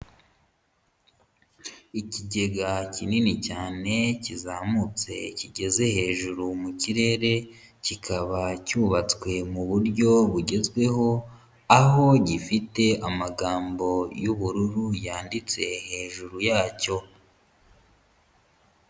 Ikigega kinini cyane kizamutse kigeze hejuru mu kirere, kikaba cyubatswe mu buryo bugezweho, aho gifite amagambo y'ubururu yanditse hejuru yacyo.